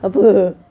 apa